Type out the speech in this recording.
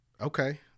Okay